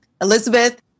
Elizabeth